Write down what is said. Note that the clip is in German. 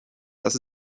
das